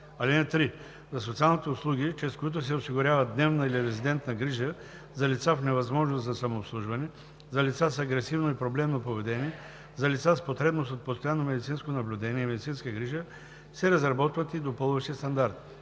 (3) За социалните услуги, чрез които се осигурява дневна или резидентна грижа за лица в невъзможност за самообслужване, за лица с агресивно и проблемно поведение, за лица с потребност от постоянно медицинско наблюдение и медицинска грижа, се разработват и допълващи стандарти.